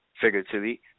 figuratively